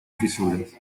fisuras